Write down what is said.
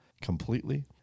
completely